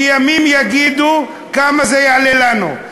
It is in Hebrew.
שימים יגידו כמה זה יעלה לנו.